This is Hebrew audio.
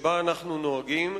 שבה אנחנו נוהגים.